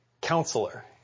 counselor